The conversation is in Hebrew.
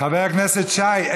" חבר הכנסת שי,